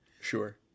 Sure